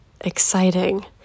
exciting